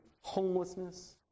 homelessness